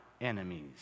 enemies